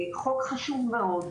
החוק חשוב מאוד.